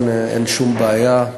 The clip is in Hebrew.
אין שום בעיה.